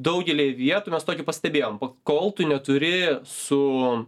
daugelyje vietų mes tokį pastebėjom kol tu neturi su